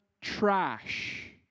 trash